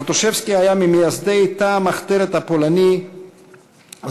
ברטושבסקי היה ממייסדי תא המחתרת הפולני "זיגוטה",